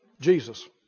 Jesus